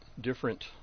different